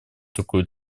такую